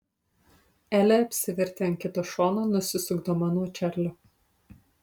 elė apsivertė ant kito šono nusisukdama nuo čarlio